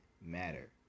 matter